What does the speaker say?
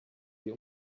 sie